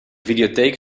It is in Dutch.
videotheek